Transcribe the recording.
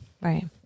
right